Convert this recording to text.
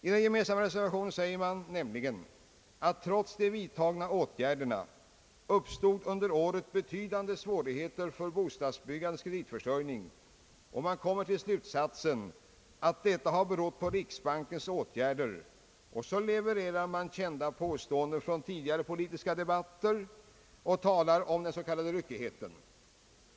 I den gemensamma reservationen som nu är aktuell säger man att trots de vidtagna åtgärderna uppstod under året betydande svårigheter för bostadsbyggandets kreditförsörjning, och man kommer till slutsatsen att detta har be rott på riksbankens åtgärder. Så levererar man kända påståenden från tidigare politiska debatter och talar om den s.k. ryckigheten.